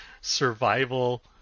survival